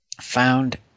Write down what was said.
found